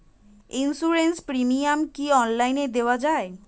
Insurance premium কি online দেওয়া যায়?